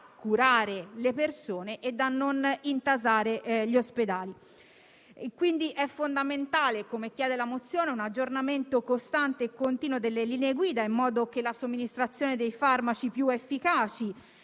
curare le persone e non intasare gli ospedali. È fondamentale, come chiede la mozione, un aggiornamento costante e continuo delle linee guida, in modo che la somministrazione dei farmaci più efficaci